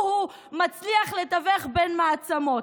הוא, הוא, מצליח לתווך בין מעצמות.